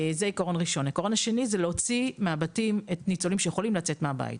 העקרון השני הוא להוציא מהבתים את הניצולים שיכולים לצאת מהבית,